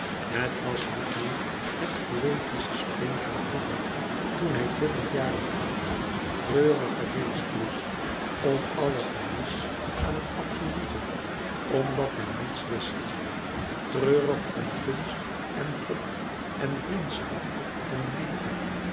het was niet meer het poëtische spleen van vroeger toen hij twintig jaren oud treurig geweest was om alle gemis aan het absolute omdat men niets wist treurig om kunst en god en vriendschap en liefde